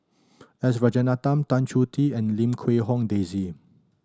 S Rajaratnam Tan Choh Tee and Lim Quee Hong Daisy